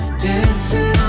dancing